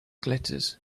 glitters